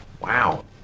Wow